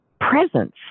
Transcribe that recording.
presence